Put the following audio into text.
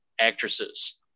actresses